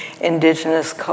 indigenous